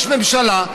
יש ממשלה,